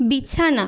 বিছানা